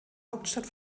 hauptstadt